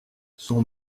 son